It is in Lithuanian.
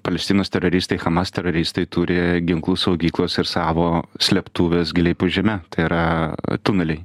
palestinos teroristai hamas teroristai turi ginklų saugyklas ir savo slėptuves giliai po žeme tai yra tuneliai